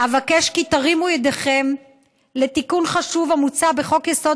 אבקש כי תרימו ידיכם לתיקון חשוב המוצע בחוק-יסוד: